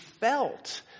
felt